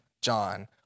John